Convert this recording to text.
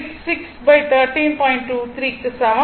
23 க்கு சமம்